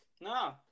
no